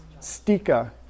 Stika